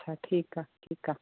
अच्छा ठीकु आहे ठीकु आहे